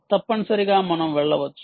తప్పనిసరిగా మనం వెళ్ళవచ్చు